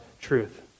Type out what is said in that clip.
truth